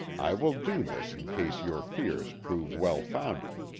i will do this in case your fears prove well-founded.